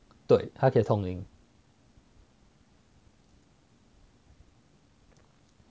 对它可以通灵